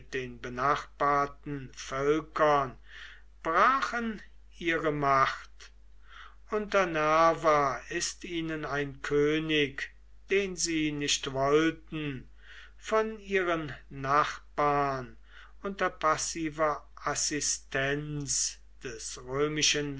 den benachbarten völkern brachen ihre macht unter nerva ist ihnen ein könig den sie nicht wollten von ihren nachbarn unter passiver assistenz des römischen